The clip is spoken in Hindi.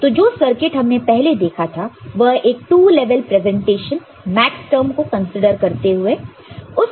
तो जो सर्किट हमने पहले देखा था वह एक 2 लेवल प्रेजेंटेशन मैक्सटर्म को कंसीडर करते हुए